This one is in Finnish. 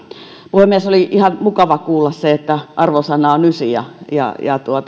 puhemies oli ihan mukava kuulla se että arvosana on yhdeksän ja